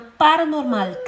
paranormal